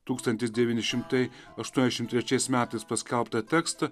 tūkstantis devyni šimtai aštuoniasdešimt trečiais metais paskelbtą tekstą